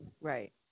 right